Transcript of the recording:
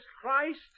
Christ